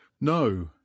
no